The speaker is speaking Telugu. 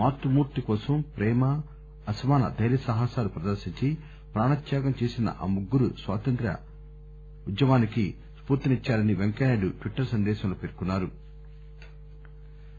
మాతృమూర్తి కోసం ప్రేమ అసమాన దైర్యసాహసాలు ప్రదర్శించి ప్రాణత్యాగం చేసిన ఆ ముగ్గురు స్వాతంత్ర్య ఉద్యమానికి స్పూర్తినిద్చారని పెంకయ్యనాయుడు ట్విట్టర్ సందేశంలో పేర్కొన్నారు